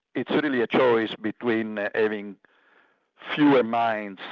it's really a choice between having fewer mines,